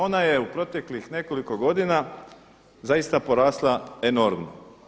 Ona je u proteklih nekoliko godina zaista porasla enormno.